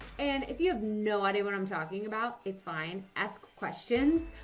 and if you have no idea what i'm talking about. it's fine. ask questions!